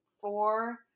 four